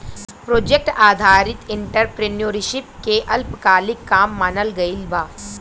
project आधारित entrepreneurship के अल्पकालिक काम मानल गइल बा